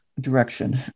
direction